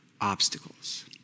obstacles